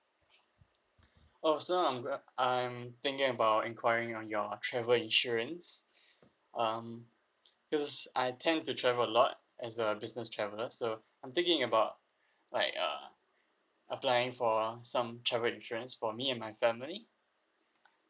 oh so I'm I'm thinking about enquiring on your travel insurance um because I tend to travel a lot as a business traveller so I'm thinking about like uh applying for some travel insurance for me and my family